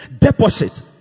deposit